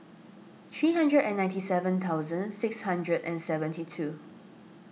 three hundred and ninety seven thousand six hundred and seventy two